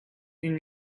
une